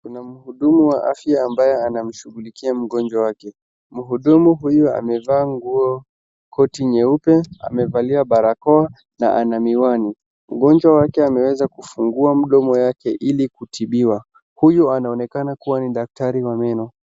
Kuna mhudumu wa afya ambaye anamshughulikia mgonjwa wake. Mhudumu huyu amevaa nguo koti nyeupe, amevalia barakoa na ana miwani. Mgonjwa wake ameweza kufungua mdomo yake ili kutibiwa. Huyu anaonekana kuwa ni daktari wa meno.